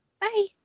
Bye